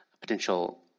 potential